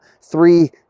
three